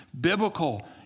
biblical